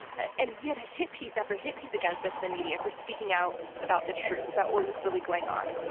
and we had hit piece after hit piece against us in the media for speaking out about the truth, about what was really going on.